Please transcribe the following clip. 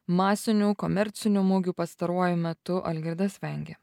masinių komercinių mugių pastaruoju metu algirdas vengia